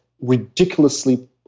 ridiculously